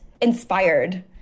inspired